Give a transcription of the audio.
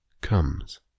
comes